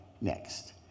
next